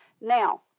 Now